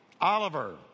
Oliver